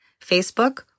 Facebook